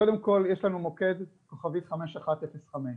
קודם כל, יש לנו מוקד כוכבית חמש אחת אפס חמש,